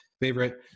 favorite